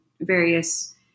various